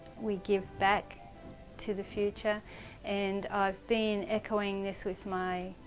we give back to the future and i've been echoing this with my,